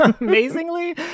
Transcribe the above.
amazingly